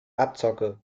abzocke